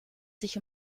sich